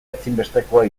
ezinbestekoa